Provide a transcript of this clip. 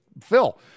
Phil